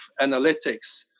analytics